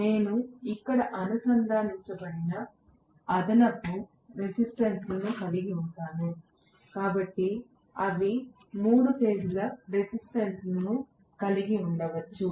నేను ఇక్కడ అనుసంధానించబడిన అదనపు రెసిస్టెన్స్ లను కలిగి ఉంటాను కాని అవి మూడు దశల రెసిస్టెన్స్ ను కలిగి ఉండవచ్చు